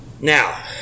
Now